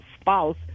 spouse